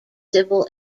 civil